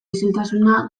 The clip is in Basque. isiltasuna